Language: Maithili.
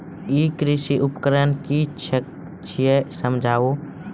ई कृषि उपकरण कि छियै समझाऊ?